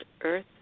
Earth